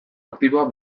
aktiboa